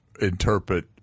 interpret